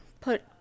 Put